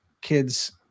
kids